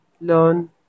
learn